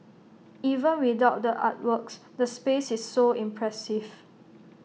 even without the artworks the space is so impressive